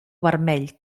vermell